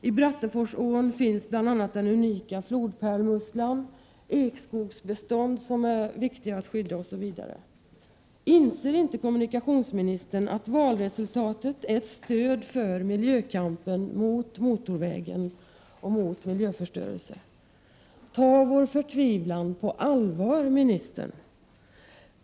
I Bratteforsån finns bl.a. den unika flodpärlmusslan och ekskogsbestånd som är viktiga att skydda. Inser inte kommunikationsministern att valresultatet är ett stöd för miljökampen, mot miljöförstörelse och mot motorvägen? Ta vår förtvivlan på allvar, ministern!